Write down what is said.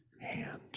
hand